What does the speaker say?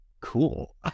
cool